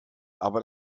aber